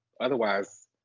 Otherwise